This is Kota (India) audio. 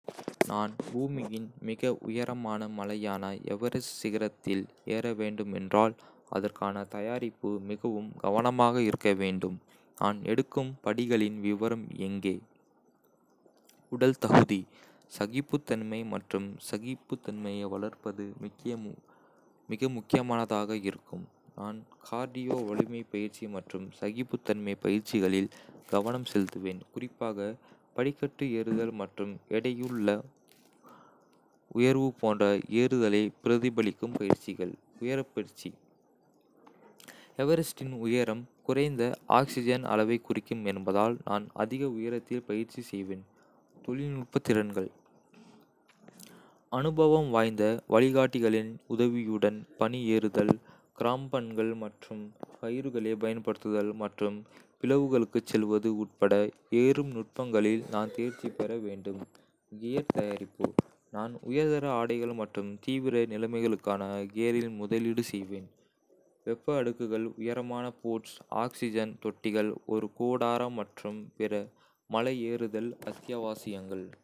நான் பூமியின் மிக உயரமான மலையான எவரெஸ்ட் சிகரத்தில் ஏற வேண்டும் என்றால், அதற்கான தயாரிப்பு மிகவும் கவனமாக இருக்க வேண்டும். நான் எடுக்கும் படிகளின் விவரம் இங்கே. உடல் தகுதி: சகிப்புத்தன்மை மற்றும் சகிப்புத்தன்மையை வளர்ப்பது மிக முக்கியமானதாக இருக்கும். நான் கார்டியோ, வலிமை பயிற்சி மற்றும் சகிப்புத்தன்மை பயிற்சிகளில் கவனம் செலுத்துவேன், குறிப்பாக படிக்கட்டு ஏறுதல் மற்றும் எடையுள்ள உயர்வு போன்ற ஏறுதலைப் பிரதிபலிக்கும் பயிற்சிகள். உயரப் பயிற்சி எவரெஸ்டின் உயரம் குறைந்த ஆக்சிஜன் அளவைக் குறிக்கும் என்பதால், நான் அதிக உயரத்தில் பயிற்சி செய்வேன் தொழில்நுட்பத் திறன்கள்: அனுபவம் வாய்ந்த வழிகாட்டிகளின் உதவியுடன் பனி ஏறுதல், கிராம்பன்கள் மற்றும் கயிறுகளைப் பயன்படுத்துதல் மற்றும் பிளவுகளுக்குச் செல்வது உட்பட ஏறும் நுட்பங்களில் நான் தேர்ச்சி பெற வேண்டும். கியர் தயாரிப்பு: நான் உயர்தர ஆடைகள் மற்றும் தீவிர நிலைமைகளுக்கான கியரில் முதலீடு செய்வேன்—வெப்ப அடுக்குகள், உயரமான பூட்ஸ், ஆக்ஸிஜன் தொட்டிகள், ஒரு கூடாரம் மற்றும் பிற மலையேறுதல் அத்தியாவசியங்கள்.